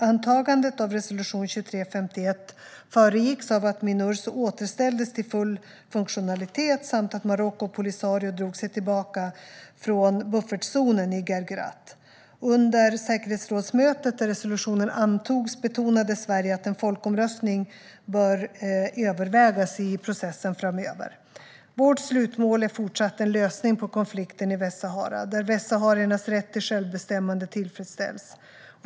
Antagandet av resolution 2351 föregicks av att Minurso återställdes till full funktionalitet samt att Marocko och Polisario drog sig tillbaka från buffertzonen i Guerguerat. Under säkerhetsrådsmötet där resolutionen antogs betonade Sverige att en folkomröstning bör övervägas i processen framöver. Vårt slutmål är fortsatt en lösning på konflikten i Västsahara där västsahariernas rätt till självbestämmande tillfredsställs.